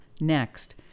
next